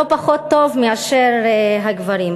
לא פחות טוב מאשר הגברים.